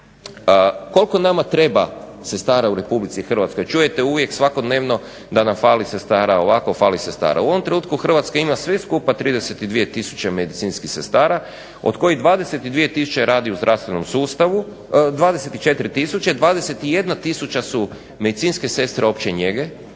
Koliko nama treba sestara u Republici Hrvatskoj, čujete uvijek svakodnevno da nam fali sestara ovako, fali sestara. U ovom trenutku Hrvatska ima sve skupa 32 tisuće medicinskih sestara, od kojih 22 tisuće radi u zdravstvenom sustavu, 24 tisuće, 21 tisuća su medicinske sestre opće njege,